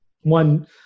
one